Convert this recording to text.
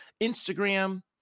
Instagram